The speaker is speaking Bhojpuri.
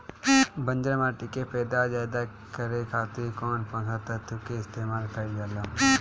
बंजर माटी के पैदावार ज्यादा करे खातिर कौन पोषक तत्व के इस्तेमाल कईल जाला?